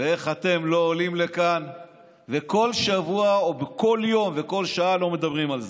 ואיך אתם לא עולים לכאן וכל שבוע או כל יום וכל שעה לא מדברים על זה?